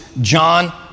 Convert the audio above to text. John